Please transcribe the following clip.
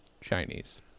Chinese